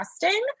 testing